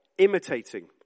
imitating